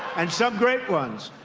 and some great ones.